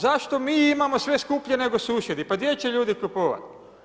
Zašto mi imamo sve skuplje nego susjedi, pa gdje će ljudi kupovati?